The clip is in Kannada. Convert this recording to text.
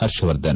ಹರ್ಷವರ್ಧನ್